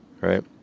right